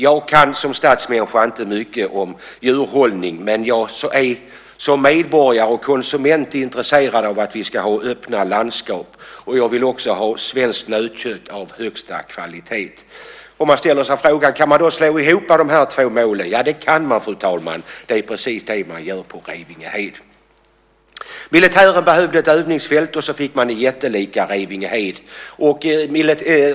Jag kan, som stadsmänniska, inte mycket om djurhållning, men som medborgare och konsument är jag intresserad av att vi ska ha öppna landskap. Jag vill också ha svenskt nötkött av högsta kvalitet. Man ställer sig frågan: Kan man då slå ihop dessa två mål? Ja, det kan man, fru talman. Det är precis det som man gör på Revingehed. Militären behövde ett övningsfält, och så fick man det jättelika Revingehed.